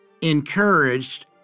encouraged